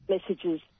messages